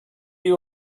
you